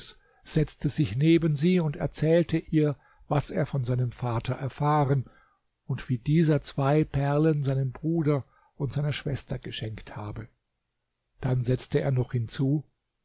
setzte sich neben sie und erzählte ihr was er von seinem vater erfahren und wie dieser zwei perlen seinem bruder und seiner schwester geschenkt habe dann setzte er noch hinzu